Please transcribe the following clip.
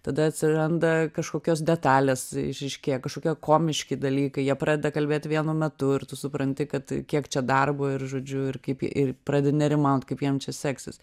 tada atsiranda kažkokios detalės išryškėja kažkokie komiški dalykai jie pradeda kalbėti vienu metu ir tu supranti kad kiek čia darbo ir žodžiu ir kaip ir pradedi nerimaut jam čia seksis